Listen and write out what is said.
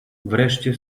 wreszcie